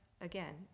Again